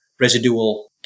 residual